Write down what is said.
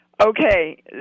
Okay